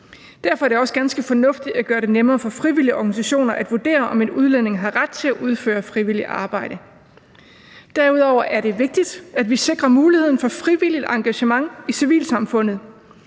Derfor er det også ganske fornuftigt at gøre det nemmere for frivilligorganisationer at vurdere, om en udlænding har ret til at udføre frivilligt arbejde. Derudover er det vigtigt, at vi sikrer muligheden for frivilligt engagement i civilsamfundet.